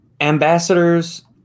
ambassadors